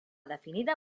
definida